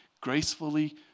gracefully